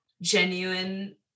genuine